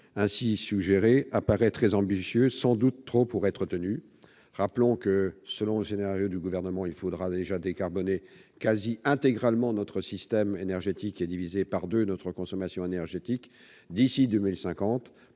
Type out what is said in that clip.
supérieur à 8 » apparaît très ambitieux, voire irréaliste. Rappelons que, selon le scénario du Gouvernement, il faudra déjà décarboner presque intégralement notre système énergétique et diviser par deux notre consommation énergétique d'ici à 2050